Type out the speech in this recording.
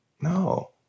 no